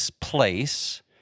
place